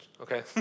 okay